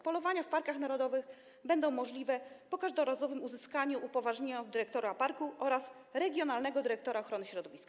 Polowania w parkach narodowych będą możliwe po każdorazowym uzyskaniu upoważnienia od dyrektora parku lub regionalnego dyrektora ochrony środowiska.